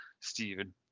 Stephen